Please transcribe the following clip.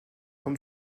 vom